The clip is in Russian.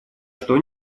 что